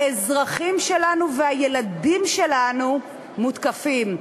האזרחים שלנו והילדים שלנו מותקפים.